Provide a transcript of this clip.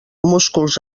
músculs